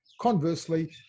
conversely